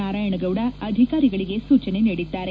ನಾರಾಯಣಗೌಡ ಅಧಿಕಾರಿಗಳಿಗೆ ಸೂಚನೆ ನೀಡಿದ್ದಾರೆ